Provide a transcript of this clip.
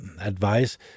advice